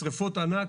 שריפות ענק.